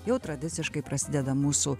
jau tradiciškai prasideda mūsų